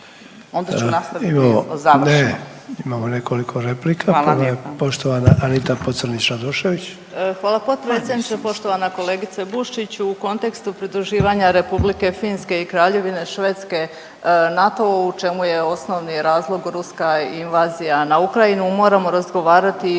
Onda ću nastaviti u završnoj.